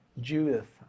Judith